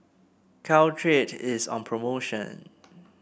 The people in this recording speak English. Caltrate is on promotion